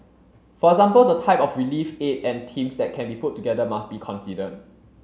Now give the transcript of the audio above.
for example the type of relief aid and teams that can be put together must be considered